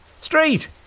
Straight